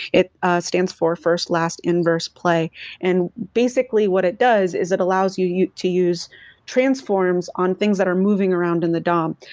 it stands for first, last, inverse, play and basically, what it does is it allows you you to use transforms on things that are moving around in the dom.